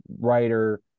writer